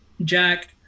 Jack